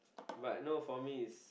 but no for me is